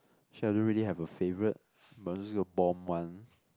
shit I don't really have a favourite but I'm just gonna bomb one